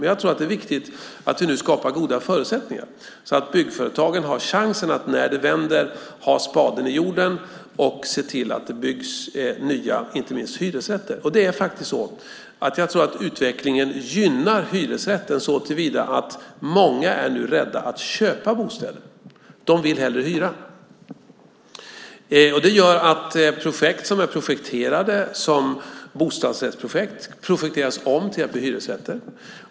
Men jag tror att det är viktigt att vi nu skapar goda förutsättningar så att byggföretagen har chansen att när det vänder ha spaden i jorden och se till att det byggs nya bostäder, inte minst hyresrätter. Jag tror faktiskt att utvecklingen gynnar hyresrätten såtillvida att många nu är rädda för att köpa bostäder. De vill hellre hyra. Det gör att byggen som är projekterade som bostadsrätter projekteras om till att bli hyresrätter.